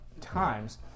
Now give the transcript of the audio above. times